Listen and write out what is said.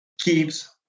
keeps